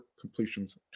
completions